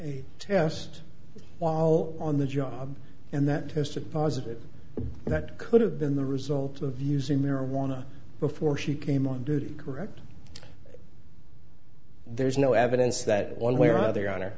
a test while on the job and that tested positive that could have been the result of using marijuana before she came on duty correct there's no evidence that one way or another